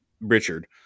Richard